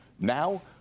Now